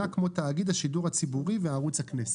כמו תאגיד השידור הציבורי וערוץ הכנסת".